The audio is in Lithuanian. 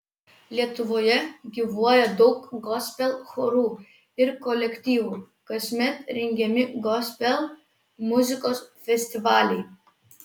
lietuvoje gyvuoja daug gospel chorų ir kolektyvų kasmet rengiami gospel muzikos festivaliai